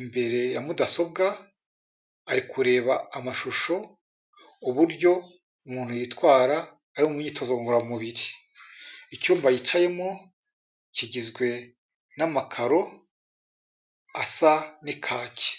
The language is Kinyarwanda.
imbere ya mudasobwa, ari kureba amashusho uburyo umuntu yitwara ari mu myitozo ngororamubiri, icyumba yicayemo kigizwe n'amakaro asa n'ikake.